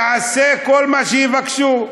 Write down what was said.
יעשה כל מה שיבקשו.